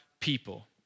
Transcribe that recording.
people